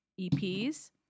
EPs